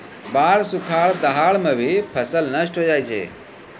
बाढ़, सुखाड़, दहाड़ सें भी फसल नष्ट होय जाय छै